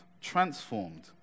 Transformed